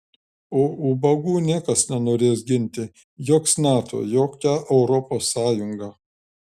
o ubagų niekas nenorės ginti joks nato jokia europos sąjunga